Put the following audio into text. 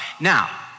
Now